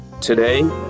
Today